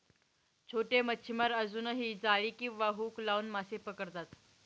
छोटे मच्छीमार अजूनही जाळी किंवा हुक लावून मासे पकडतात